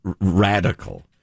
radical